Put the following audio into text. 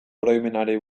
oroimenari